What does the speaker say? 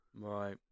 Right